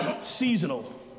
seasonal